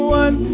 one